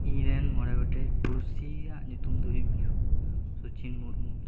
ᱤᱧ ᱨᱮᱱ ᱢᱚᱬᱮ ᱜᱚᱴᱮᱱ ᱯᱩᱲᱥᱤᱭᱟᱜ ᱧᱩᱛᱢ ᱫᱚ ᱦᱩᱭᱜ ᱠᱟᱱᱟ ᱥᱩᱪᱤᱱ ᱢᱩᱨᱢᱩ